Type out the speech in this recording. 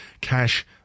cash